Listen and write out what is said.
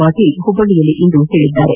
ಪಾಟೀಲ್ ಹುಬ್ಬಳ್ಳಿಯಲ್ಲಿಂದು ತಿಳಿಸಿದ್ದಾರೆ